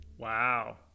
Wow